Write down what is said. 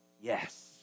Yes